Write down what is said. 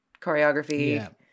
choreography